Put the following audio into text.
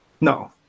No